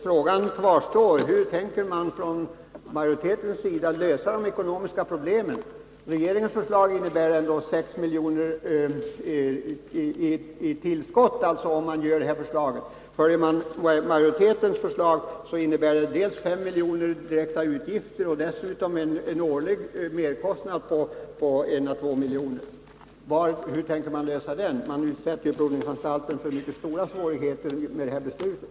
Frågan kvarstår: Hur tänker man inom majoriteten lösa de ekonomiska problemen? Regeringens förslag innebär ett tillskott med 6 milj.kr. Följer man majoritetens förslag innebär det dels 5 milj.kr. i direkta avgifter, dels en årlig merkostnad på 1 å 2 milj.kr. Hur tänker man lösa det? Man utsätter ju provningsanstalten för mycket stora svårigheter i och med det här beslutet.